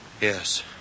Yes